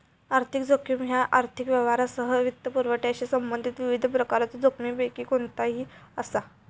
आर्थिक जोखीम ह्या आर्थिक व्यवहारांसह वित्तपुरवठ्याशी संबंधित विविध प्रकारच्यो जोखमींपैकी कोणताही असा